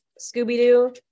scooby-doo